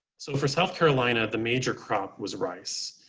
so for south carolina, the major crop was rice.